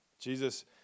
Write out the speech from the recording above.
Jesus